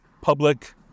public